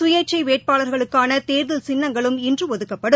சுயேச்சைவேட்பாளர்களுக்கானதேர்தல் சின்னங்களும் இன்றுஒதுக்கப்படும்